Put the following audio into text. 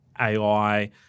AI